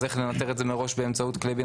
איך לנטר את זה מראש באמצעות כלי בינה